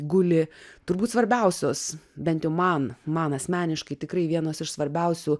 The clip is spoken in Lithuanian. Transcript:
guli turbūt svarbiausios bent jau man man asmeniškai tikrai vienas iš svarbiausių